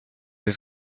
his